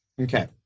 Okay